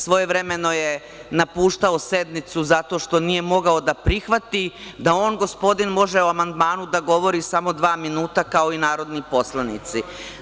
Svojevremeno je napuštao sednicu zato što nije mogao da prihvati da on, gospodin, može o amandmanu da govori samo dva minuta kao i narodni poslanici.